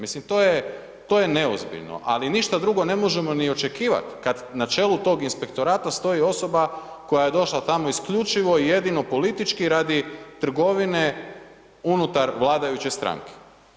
Mislim, to je neozbiljno ali ništa drugo ne možemo ni očekivat kad na čelu tog inspektorata stoji osoba koja je došla tamo isključivo i jedino politički radi trgovine unutar vladajuće stranke.